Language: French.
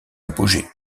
apogée